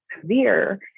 severe